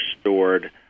stored